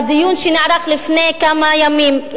בדיון שנערך לפני כמה ימים,